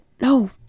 no